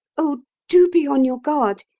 oh, do be on your guard.